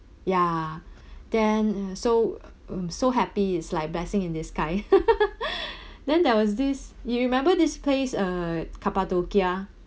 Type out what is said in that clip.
ya then uh so um so happy it's like blessing in this kind then there was this you remember this place uh cappadocia